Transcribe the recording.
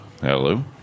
Hello